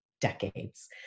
decades